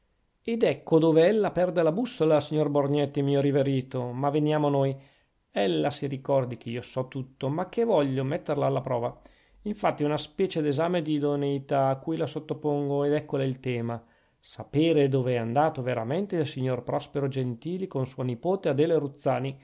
ed ecco dove ella perde la bussola signor borgnetti mio riverito ma veniamo a noi ella si ricordi che io so tutto ma che voglio metterla alla prova infatti è una specie d'esame d'idoneità a cui la sottopongo ed eccole il tema sapere dove è andato veramente il signor prospero gentili con sua nipote adele ruzzani